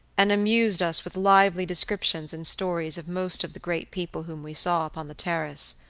and amused us with lively descriptions and stories of most of the great people whom we saw upon the terrace.